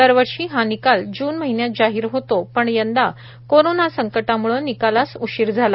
दरवर्षी हा निकाल जून महिन्यात जाहीर होतो पण यंदा कोरोंना संकटामुळे निकालास उशीर झाला